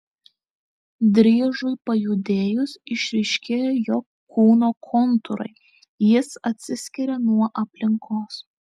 driežui pajudėjus išryškėja jo kūno kontūrai jis atsiskiria nuo aplinkos